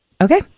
Okay